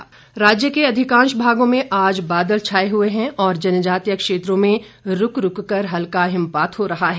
मौसम राज्य के अधिकांश भागों में आज बादल छाए हुए हैं और जनजातीय क्षेत्रों में रूक रूक कर हल्का हिमपात हो रहा है